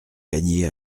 gagné